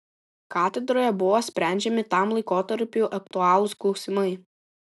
katedroje buvo sprendžiami tam laikotarpiui aktualūs klausimai